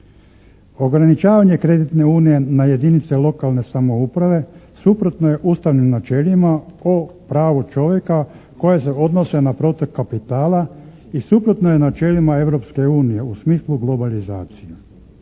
Ograničavanje kreditne unije na jedinice lokalne samouprave suprotno je ustavnim načelima o pravu čovjeka koje se odnose na protok kapitala i suprotno je načelima Europske unije u smislu globalizacije.